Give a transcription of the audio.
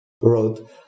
road